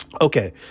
okay